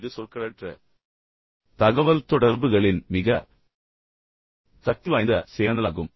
இது சொற்களற்ற தகவல்தொடர்புகளின் மிக சக்திவாய்ந்த சேனலாகும்